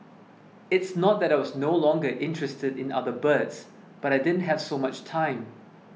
it's not that I was no longer interested in other birds but I didn't have so much time